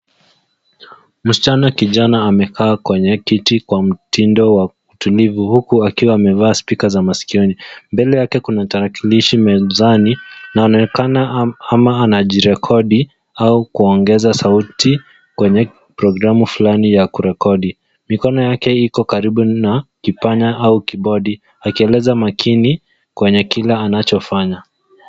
Msichana kijana amekaa kwenye kiti kwa mtindo wa tulivu huku akiwa amevaa speka za maskioni. Mbele yake kuna tarakilishi mezani inaonekana ama anajirekodi au kuongeza sauti kwenye programu flani ya kurekodi. Mikono yake iko karibu na kipanya au kibodi akieleza makini kwenye kile anachofanya.